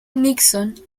nixon